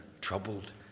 troubled